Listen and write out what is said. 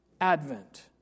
Advent